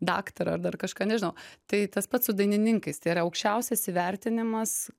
daktarą ar dar kažką nežinau tai tas pats su dainininkais tai yra aukščiausias įvertinimas